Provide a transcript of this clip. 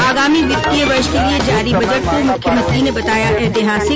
आगामी वित्तीय वर्ष के लिए जारी बजट को मुख्यमंत्री ने बताया ऐतिहासिक